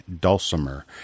dulcimer